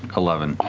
eleven.